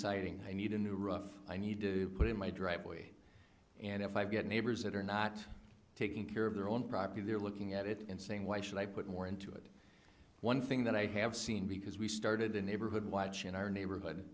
citing i need a new ruff i need to put in my driveway and if i get neighbors that are not taking care of their own property they're looking at it and saying why should i put more into it one thing that i have seen because we started the neighborhood watch in our neighborhood